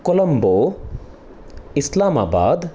Colombo Islamabad